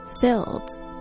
filled